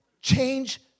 change